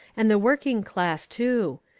and the working class too.